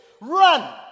Run